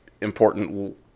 important